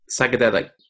psychedelic